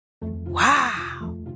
Wow